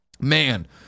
man